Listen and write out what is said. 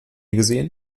gesehen